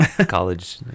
college